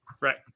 Right